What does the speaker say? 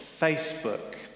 Facebook